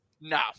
No